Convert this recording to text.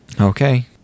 Okay